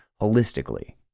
holistically